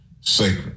sacred